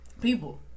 People